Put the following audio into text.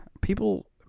people